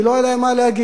כי לא היה להן מה להגיד.